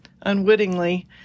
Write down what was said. unwittingly